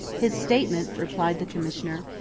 his statement, replied the commissioner,